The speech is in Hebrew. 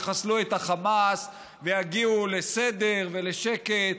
יחסלו את החמאס ויגיעו לסדר ולשקט.